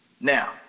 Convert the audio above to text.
Now